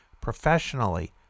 professionally